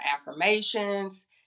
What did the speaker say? affirmations